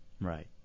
Right